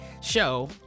show